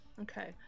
Okay